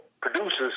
producers